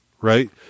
right